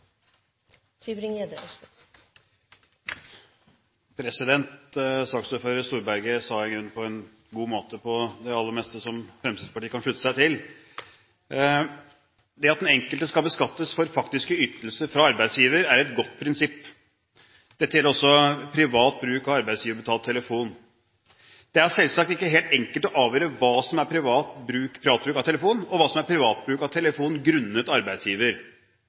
Saksordfører Storberget sa i grunnen på en god måte det Fremskrittspartiet for det meste kan slutte seg til. Det at den enkelte skal beskattes for faktiske ytelser fra arbeidsgiver, er et godt prinsipp. Dette gjelder også privat bruk av arbeidsgiverbetalt telefon. Det er selvsagt ikke helt enkelt å avgjøre hva som er privat bruk av telefon, og hva som er privat bruk av telefon grunnet arbeidsgiver.